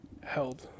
held